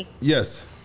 Yes